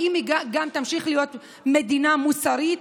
האם היא תמשיך להיות גם מדינה מוסרית?